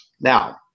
Now